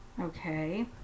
Okay